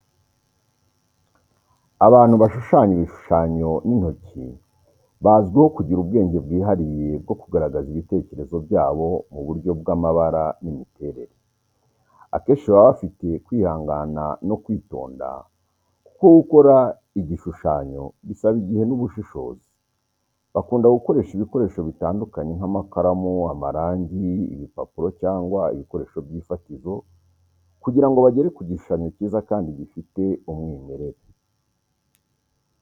Abantu bashushanya ibishushanyo n’intoki bazwiho kugira ubwenge bwihariye bwo kugaragaza ibitekerezo byabo mu buryo bw’amabara n’imiterere. Akenshi baba bafite kwihangana no kwitonda kuko gukora igishushanyo bisaba igihe n’ubushishozi. Bakunda gukoresha ibikoresho bitandukanye, nk’amakaramu, amarangi, ibipapuro cyangwa ibikoresho by’ifatizo, kugira ngo bagere ku gishushanyo cyiza kandi gifite umwimerere.